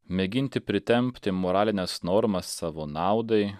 mėginti pritempti moralines normas savo naudai